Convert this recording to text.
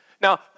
Now